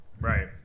Right